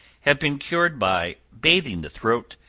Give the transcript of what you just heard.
have been cured by bathing the throat,